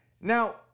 Now